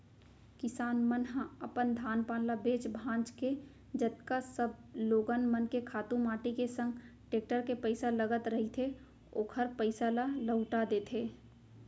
किसान मन ह अपन धान पान ल बेंच भांज के जतका सब लोगन मन के खातू माटी के संग टेक्टर के पइसा लगत रहिथे ओखर पइसा ल लहूटा देथे